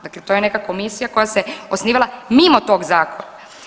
Dakle, to je neka komisija koja se osnivala mimo tog zakona.